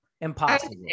impossible